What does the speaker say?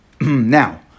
now